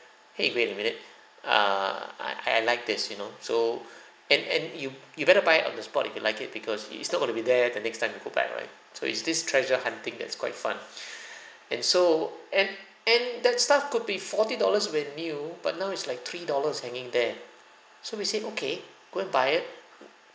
!hey! wait a minute err I I like this you know so and and you you better buy it on the spot if you like it because it is not going to be there the next time you go by right so it's this treasure hunting that's quite fun and so and and that stuff could be forty dollars when new but now it's like three dollars hanging there so we said okay go and buy it